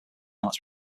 arts